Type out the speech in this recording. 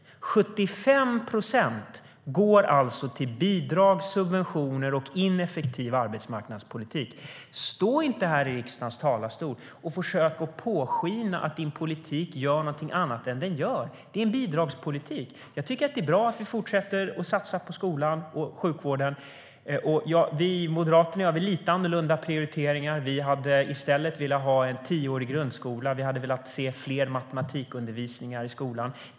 75 procent går alltså till bidrag, subventioner och en ineffektiv arbetsmarknadspolitik. Stå inte här i riksdagens talarstol, Magdalena Andersson, och försök påskina att din politik gör någonting annat än den gör! Det är en bidragspolitik. Jag tycker att det är bra att vi fortsätter att satsa på skolan och sjukvården. Vi i Moderaterna gör lite annorlunda prioriteringar. Vi hade i stället velat ha en tioårig grundskola. Vi hade velat se mer matematikundervisning i skolan.